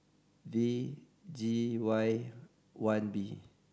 V G Y one B